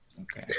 Okay